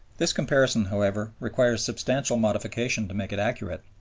this comparison, however, requires substantial modification to make it accurate.